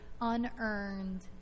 unearned